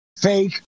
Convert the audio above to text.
fake